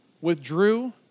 withdrew